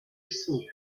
sault